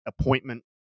appointment